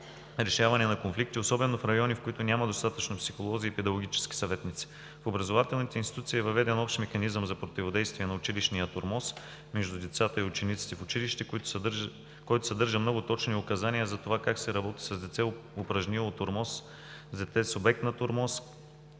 решаване на конфликти, осбено в райони, в които няма достатъчно психолози и педагогически съветници. В образователните институции е въведен общ механизъм за противодействие на училищния тормоз между децата и учениците в училище, който съдържа много точни указания за това, как се работи с дете, упражнило тормоз, с дете субект на тормоз,